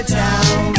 town